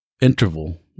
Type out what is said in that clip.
interval